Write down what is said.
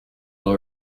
low